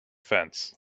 fence